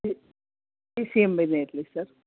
P C M ಬಿನೇ ಇರಲಿ sir